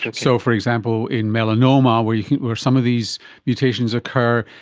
but so, for example, in melanoma where yeah where some of these mutations occur,